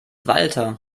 walter